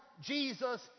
Jesus